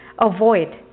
Avoid